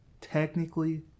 technically